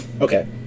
okay